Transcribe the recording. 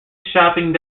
shopping